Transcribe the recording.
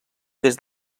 des